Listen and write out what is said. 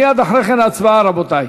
מייד אחרי כן הצבעה, רבותי.